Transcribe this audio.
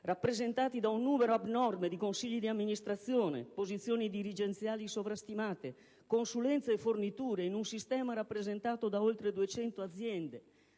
rappresentati da un numero abnorme di consigli di amministrazione, posizioni dirigenziali sovrastimate, consulenze e forniture in un sistema rappresentato da oltre 200 aziende